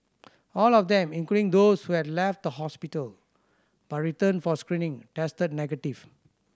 all of them including those who had left the hospital but returned for screening tested negative